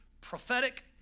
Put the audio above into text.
prophetic